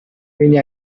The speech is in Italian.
quindi